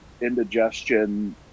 indigestion